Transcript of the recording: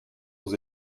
aux